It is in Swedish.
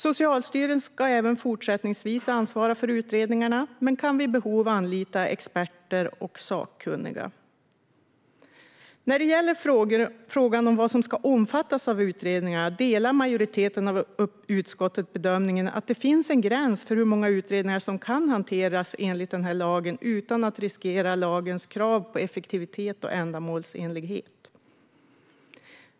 Socialstyrelsen ska även fortsättningsvis ansvara för utredningarna men kan vid behov anlita experter och sakkunniga. När det gäller frågan om vad som ska omfattas av utredningarna delar majoriteten av utskottet bedömningen att det finns en gräns för hur många utredningar som kan hanteras enligt denna lag utan att riskera lagens krav på effektivitet och ändamålsenlighet.